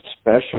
special